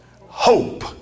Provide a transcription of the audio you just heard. hope